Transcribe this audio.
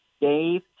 Dave